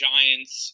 Giants